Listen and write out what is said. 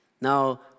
Now